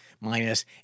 minus